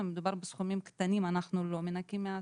אם מדובר בסכומים קטנים אנחנו לא מנכים מהשכר.